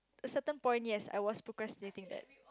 certain point yes I was procrastinating that